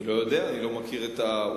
אני לא יודע, אני לא מכיר את העובדות.